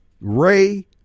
Ray